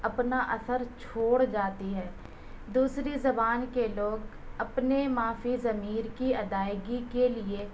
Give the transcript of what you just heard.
اپنا اثر چھوڑ جاتی ہے دوسری زبان کے لوگ اپنے ما فی الضمیر کی ادائیگی کے لیے